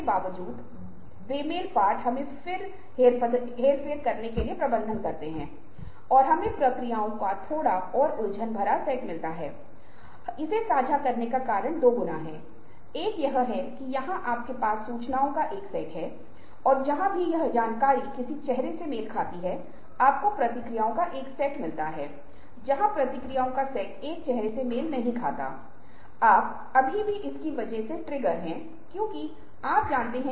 भावनात्मक प्रबंधन का संपूर्ण सार यह है कि आप अपनी भावनाओं को समझते हैं दूसरों की भावनाओं को समझते हैं और फिर संदर्भ या स्थितियों से निपटते हैं